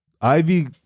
Ivy